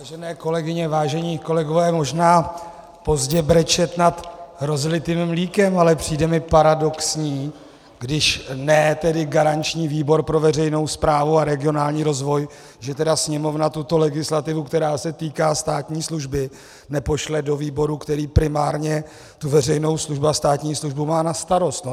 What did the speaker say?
Vážené kolegyně, vážení kolegové, možná pozdě brečet nad rozlitým mlékem, ale přijde mi paradoxní, když ne tedy garanční výbor pro veřejnou správu a regionální rozvoj, že tedy Sněmovna tuto legislativu, která se týká státní služby, nepošle do výboru, který primárně tu veřejnou službu a státní službu má na starost.